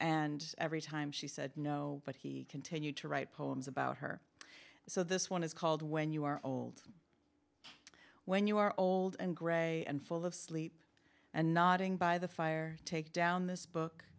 and every time she said no but he continued to write poems about her so this one is called when you are old when you are old and grey and full of sleep and nodding by the fire take down this book